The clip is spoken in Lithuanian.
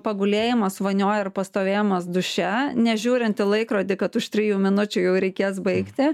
pagulėjimas vonioj ar pastovėjimas duše nežiūrint į laikrodį kad už trijų minučių jau reikės baigti